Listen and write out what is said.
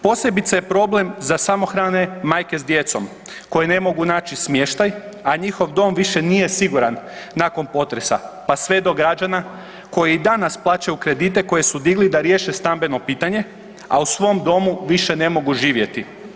Posebice je problem za samohrane majke s djecom koje ne mogu naći smještaj, a njihov dom više nije siguran nakon potresa pa sve do građana koji i danas plaćaju kredite koji su digli da riješe stambeno pitanje, a u svom domu više ne mogu živjeti.